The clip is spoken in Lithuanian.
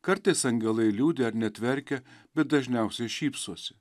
kartais angelai liūdi ar net verkia bet dažniausiai šypsosi